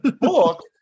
book